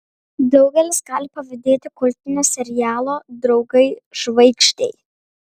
daugelis gali pavydėti kultinio serialo draugai žvaigždei